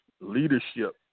leadership